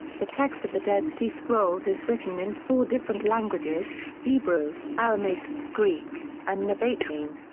the text of the dead sea scrolls is written in four different languages hebrew, aramaic, greek, and nabataean.